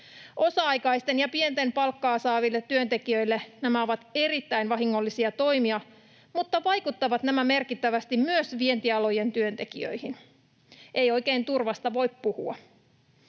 Osa-aikaisille ja pientä palkkaa saaville työntekijöille nämä ovat erittäin vahingollisia toimia, mutta vaikuttavat nämä merkittävästi myös vientialojen työntekijöihin. Ei oikein turvasta voi puhua.